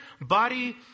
body